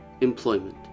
Employment